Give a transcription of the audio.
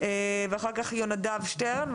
אחר כך יהונדב שטרן.